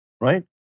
Right